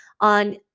on